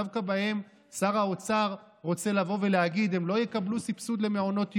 דווקא בהן שר האוצר רוצה לבוא ולהגיד: הן לא יקבלו סבסוד למעונות יום?